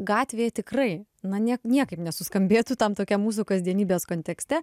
gatvėj tikrai na niek niekaip nesuskambėtų tam tokiam mūsų kasdienybės kontekste